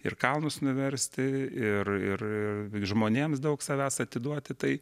ir kalnus nuversti ir ir žmonėms daug savęs atiduoti tai